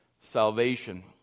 salvation